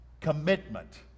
commitment